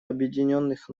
объединенных